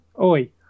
Oi